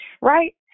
Right